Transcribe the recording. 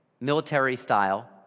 military-style